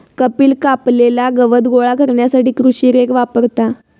कपिल कापलेला गवत गोळा करण्यासाठी कृषी रेक वापरता